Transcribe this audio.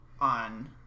on